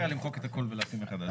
אין בעיה למחוק את הכול ולשים מחדש.